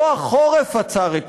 לא החורף עצר את